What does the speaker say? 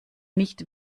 nicht